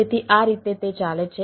તેથી આ રીતે તે ચાલે છે